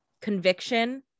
conviction